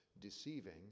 deceiving